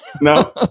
No